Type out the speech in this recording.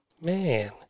Man